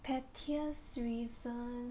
pettiest reason